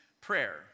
prayer